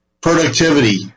productivity